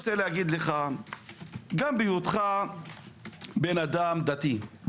גם בהיותך בן אדם דתי,